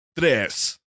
tres